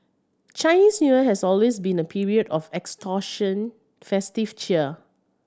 Chinese New Year has always been a period of extortion festive cheer